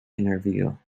interview